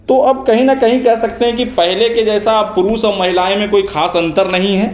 तो अब कहीं ना कहीं कह सकते हैं कि पहले के जैसा पुरुष और महिलाओं में कोई खास अंतर नहीं है